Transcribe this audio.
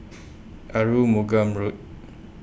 Arumugam Road